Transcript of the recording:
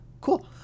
cool